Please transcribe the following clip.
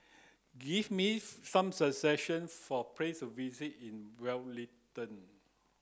give me some suggestions for places visit in Wellington